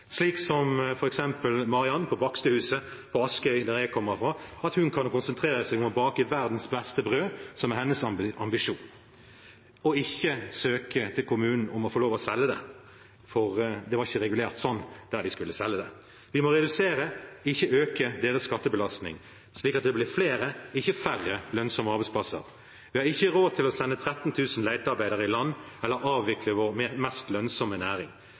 slik at f.eks. Mariann på Bakstehuset på Askøy, der jeg kommer fra, kan konsentrere seg om å bake verdens beste brød, som er hennes ambisjon, og ikke måtte søke kommunen om å få lov til å selge det fordi det ikke var regulert for det der de skulle selge det. Vi må redusere, ikke øke, deres skattebelastning, slik at det blir flere, ikke færre, lønnsomme arbeidsplasser. Vi har ikke råd til å sende 13 000 letearbeidere i land eller å avvikle vår mest lønnsomme næring.